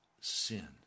sin